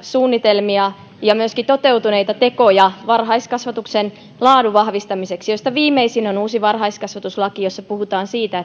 suunnitelmia ja myöskin toteutuneita tekoja varhaiskasvatuksen laadun vahvistamiseksi joista viimeisin on uusi varhaiskasvatuslaki jossa puhutaan siitä